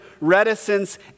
reticence